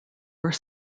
were